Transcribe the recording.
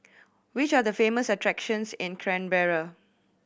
which are the famous attractions in Canberra